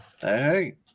Hey